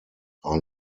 are